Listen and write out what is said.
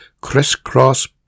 crisscross